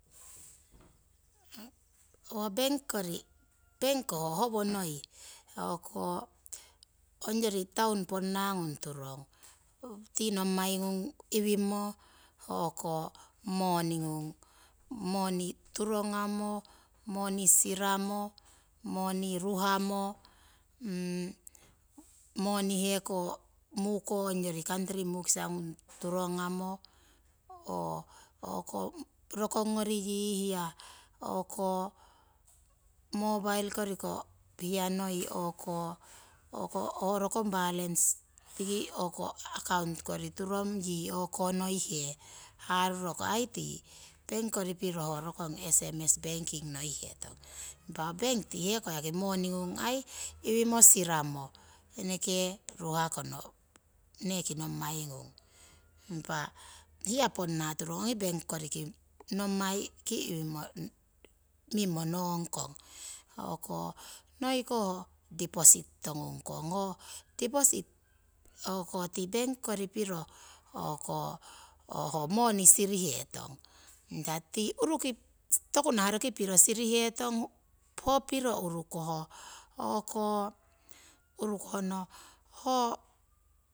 bank kori, bank ho howo noi o'ko ongyori taunu ponnangung turong, tii nommai ngung iwimo o'ko moni ngung, moni turongamo, moni siramo, moni ruhamo, moni heko muko ongyori kantri mukisa ngung turongamo oo o'ko rokongori yii hiya o'ko mobile koriko hiya noi o'ko rokong balance tiki o'ko account kori turong yii o'konoihe haruro ko aii tii bank kori piro ho rokong sms banking noihetong. Impa bank yaki tii heko yaki moni ngung aii iwimo siramo eneke ruhakono, neki nommai ngung. Impa hiya ponna turong ongi bank koriki nommai ki iwimo, mimmo nongkong, noi ko diposit tongungkong, ho diposit o'ko tii bank kori piro, o'ko ho moni sirihetong. tii uruki, toku nah roki piro sirihetong, ho piro urukoh o'ko urukohno ho